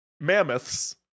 mammoths